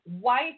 White